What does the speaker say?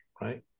right